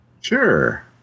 Sure